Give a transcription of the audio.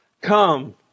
Come